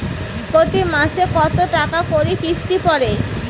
প্রতি মাসে কতো টাকা করি কিস্তি পরে?